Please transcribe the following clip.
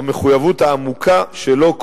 המחויבות העמוקה שלו,